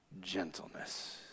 gentleness